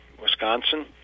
Wisconsin